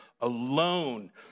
alone